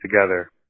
together